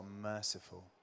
merciful